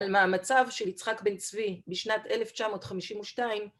על מה המצב של יצחק בן צבי בשנת 1952